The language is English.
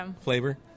flavor